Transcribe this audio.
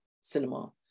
cinema